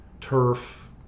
turf